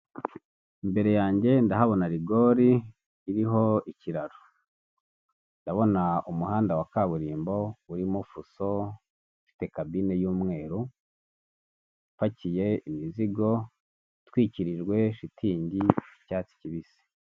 Imbere yanjye ndahabona rigore iriho ikiraro ndabona umuhanda wa kaburimbo urimo fuso ifite kabine yu'mweru ipakiye imizigo itwikirijwe shitingi y'icyatsi kibisi.